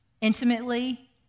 intimately